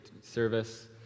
service